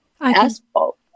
asphalt